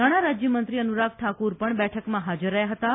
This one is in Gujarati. નાજ્ઞાંરાજ્યમંત્રી અન્વરાગ ઠાકર પણ બેઠકમાં હાજર રહ્યા હતાં